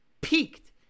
peaked